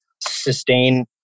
sustain